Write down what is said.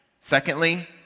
Secondly